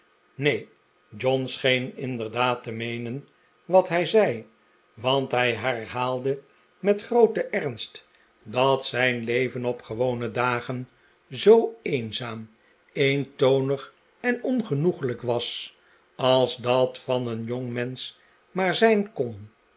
neen john scheen inderdaad te meenen wat hij zeif want hij herhaalde met grooten ernst dat zijn leven op gewone dagen zoo eenzaam eentonig en ongenoeglijk was als dat van een jongmensch maar zijn kon